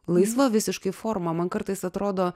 laisva visiškai forma man kartais atrodo